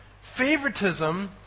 favoritism